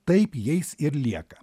taip jais ir lieka